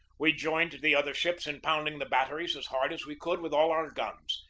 we joined the other ships in pounding the batteries as hard as we could with all our guns.